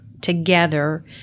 together